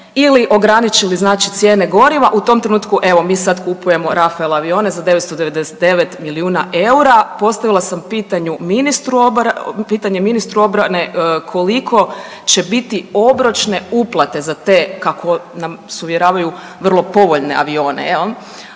ili ograničili znači, cijene goriva, u tom trenutku, evo, mi sad kupujemo Rafael avione za 999 milijuna eura. Postavila sam pitanje ministre obrane koliko će biti obročne uplate za te, kako nas uvjeravaju, vrlo povoljne avione, je